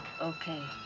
okay